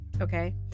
Okay